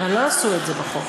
אבל לא עשו את זה בחוק.